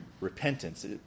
repentance